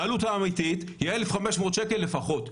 העלות האמיתית היא 1,500 שקלים לפחות.